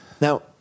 Now